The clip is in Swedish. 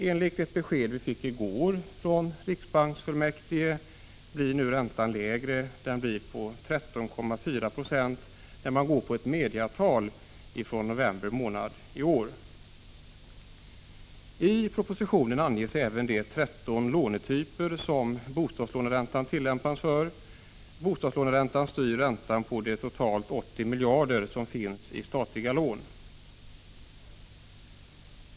Enligt ett besked som vi fick i går från riksgäldsfullmäktige blir nu räntan lägre, 13,4 96, när man tillämpar ett medeltal från november månad i år. I propositionen anges även de 13 lånetyper som bostadslåneränta kan tillämpas för. Bostadslåneräntan styr räntan på de totalt 80 miljarder kronor som finns i statliga lån.